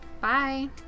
Bye